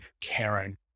Karen